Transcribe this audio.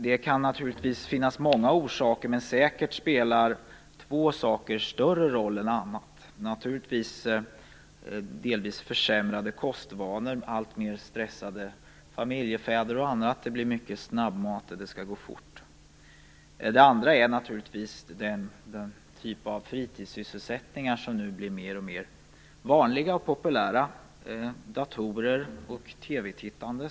Det kan naturligtvis finnas många orsaker till denna. Men säkert spelar två saker större roll än annat. Den ena orsaken är naturligtvis att vi har fått försämrade kostvanor. Det handlar om stressade familjefäder och annat. Det blir mycket snabbmat; det skall gå fort. Den andra orsaken är den typ av fritidssysselsättning som blir alltmer vanlig och populär; jag tänker på datorer och på TV-tittande.